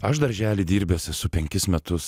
aš daržely dirbęs esu penkis metus